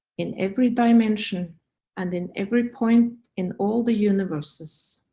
in every dimension and in every point in all the universes.